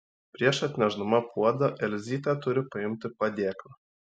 prieš atnešdama puodą elzytė turi paimti padėklą